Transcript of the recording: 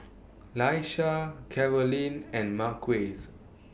Laisha Carolyne and Marquez